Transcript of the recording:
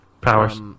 Powers